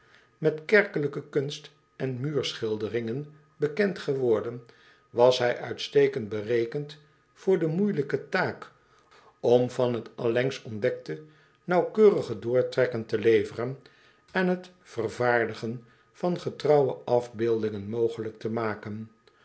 met kerkelijke kunst en muurschilderingen bekend geworden was hij uitstekend berekend voor de moeijelijke taak om van het allengs ontdekte naauwkeurige doortrekken te leveren en het vervaardigen van getrouwe afbeeldingen mogelijk te maken